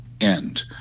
end